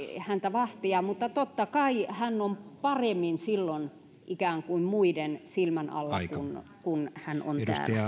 häntä vahtia mutta totta kai hän on silloin paremmin ikään kuin muiden silmän alla kun hän on